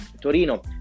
Torino